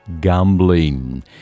gambling